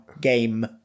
game